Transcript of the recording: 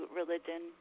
religion